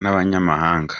n’abanyamahanga